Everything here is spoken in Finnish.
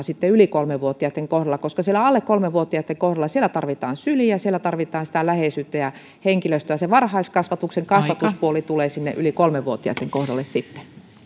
sitten siihen mitä on yli kolme vuotiaitten kohdalla koska siellä alle kolme vuotiaitten kohdalla tarvitaan syliä siellä tarvitaan läheisyyttä ja henkilöstöä se varhaiskasvatuksen kasvatuspuoli tulee sinne yli kolme vuotiaitten kohdalle sitten